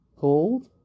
Gold